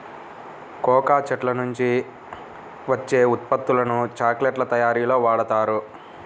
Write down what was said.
cocoa చెట్ల నుంచి వచ్చే ఉత్పత్తులను చాక్లెట్ల తయారీలో వాడుతారు